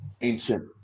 ancient